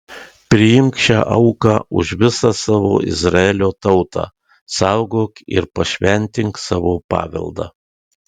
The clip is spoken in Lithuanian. priimk šią auką už visą savo izraelio tautą saugok ir pašventink savo paveldą